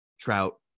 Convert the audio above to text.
Trout